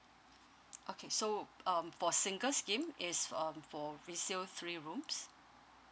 okay so um for single scheme it's um for resale three rooms